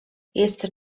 jestem